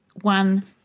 one